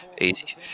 easy